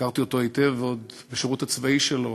הכרתי אותו היטב עוד בשירות הצבאי שלו.